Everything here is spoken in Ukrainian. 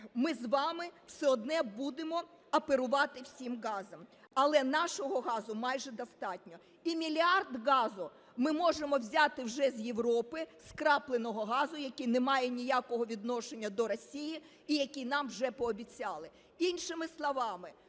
ми з вами все одно будемо оперувати всім газом. Але нашого газу майже достатньо і мільярд газу ми можемо взяти вже з Європи, скрапленого газу, який не має ніякого відношення до Росії і який нам вже пообіцяли. Іншими словами,